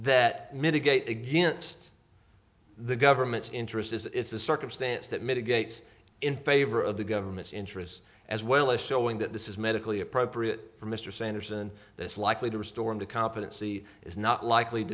that mitigate against the government's interest is it's a circumstance that mitigates in favor of the government's interest as well as showing that this is medically appropriate for mr sanders and that's likely to restore him to competency is not likely